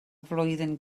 flwyddyn